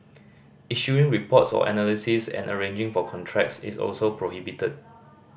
issuing reports or analysis and arranging for contracts is also prohibited